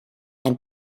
and